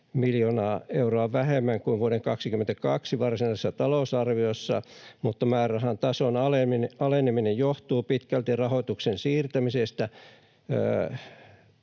miljoonaa euroa vähemmän kuin vuoden 22 varsinaisessa talousarviossa, mutta määrärahan tason aleneminen johtuu pitkälti rahoituksen siirtämisestä